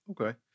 Okay